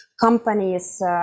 companies